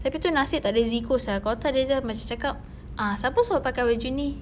tapi itu nasib tak ada zeko sia kalau tak dia sudah macam cakap ah siapa suruh pakai baju ni